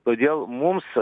todėl mums